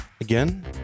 again